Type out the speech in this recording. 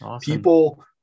people